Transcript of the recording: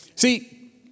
See